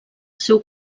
seu